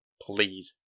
please